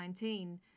2019